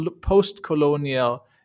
post-colonial